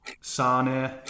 Sane